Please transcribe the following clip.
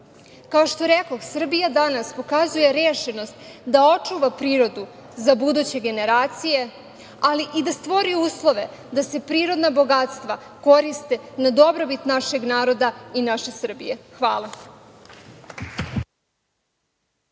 što rekoh, Srbija danas pokazuje rešenost da očuva prirodu za buduće generacije, ali i da stvori uslove da se prirodna bogatstva koriste na dobrobit našeg naroda i naše Srbije. Hvala.